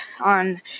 on